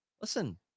listen